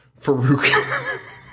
Farouk